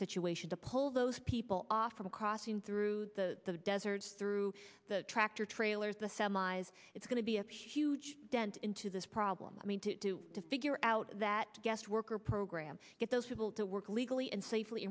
situation to pull those people off from crossing through the deserts through the tractor trailers the semis it's going to be a huge dent into this problem i mean to figure out that guest worker program get those people to work legally and safely